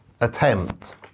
attempt